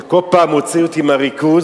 אתה כל פעם מוציא אותי מהריכוז,